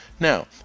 Now